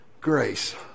Grace